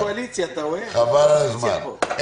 קודם כל, אני